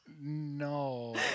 no